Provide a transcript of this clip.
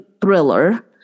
thriller